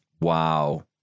Wow